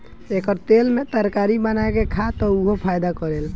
एकर तेल में तरकारी बना के खा त उहो फायदा करेला